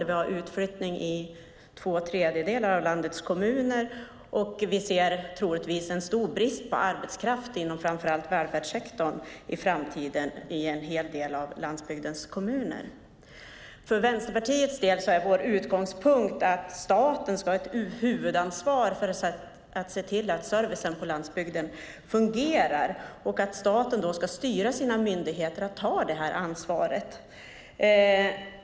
Det sker en utflyttning från två tredjedelar av landets kommuner, och det kommer förmodligen att vara stor brist på arbetskraft inom framför allt välfärdssektorn i framtiden i en hel del av landsbygdens kommuner. För Vänsterpartiet är utgångspunkten att staten ska ha ett huvudansvar för att se till att servicen på landsbygden fungerar. Staten ska styra sina myndigheter att ta det ansvaret.